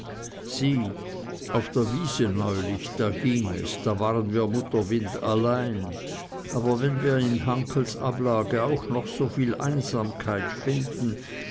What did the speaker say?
sieh auf der wiese neulich da ging es da waren wir mutterwindallein aber wenn wir in hankels ablage auch noch soviel einsamkeit finden